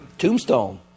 Tombstone